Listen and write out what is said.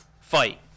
fight